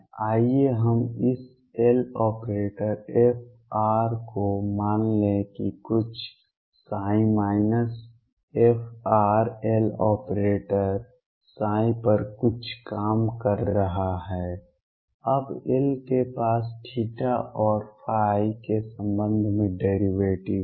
आइए हम इस Loperator fr को मान लें कि कुछ माइनस frLoperator पर कुछ काम कर रहा है अब L के पास और के संबंध में डेरिवेटिव हैं